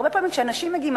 הרבה פעמים כשאנשים מגיעים,